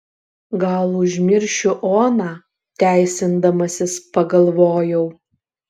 gal užmiršiu oną teisindamasis pagalvojau